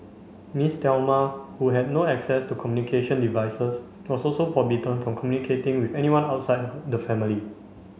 Miss Thelma who had no access to communication devices was also forbidden from communicating with anyone outside the family